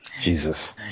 Jesus